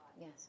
Yes